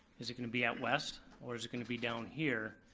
is it gonna be at west, or is it gonna be down here,